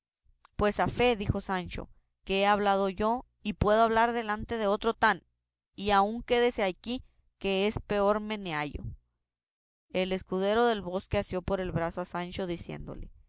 pues a fe dijo sancho que he hablado yo y puedo hablar delante de otro tan y aun quédese aquí que es peor meneallo el escudero del bosque asió por el brazo a sancho diciéndole